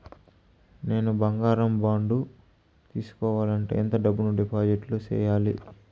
నేను బంగారం బాండు తీసుకోవాలంటే ఎంత డబ్బును డిపాజిట్లు సేయాలి?